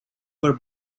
were